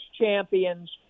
champions